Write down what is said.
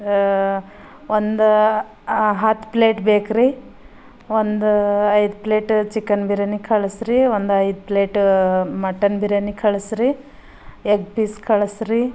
ಒಂದು ಹತ್ತು ಪ್ಲೇಟ್ ಬೇಕ್ರಿ ಒಂದು ಐದು ಪ್ಲೇಟ ಚಿಕನ್ ಬಿರ್ಯಾನಿ ಕಳಿಸ್ರಿ ಒಂದು ಐದು ಪ್ಲೇಟ ಮಟನ್ ಬಿರ್ಯಾನಿ ಕಳಿಸ್ರಿ ಎಗ್ ಪೀಸ್ ಕಳಿಸ್ರಿ